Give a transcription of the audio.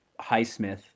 Highsmith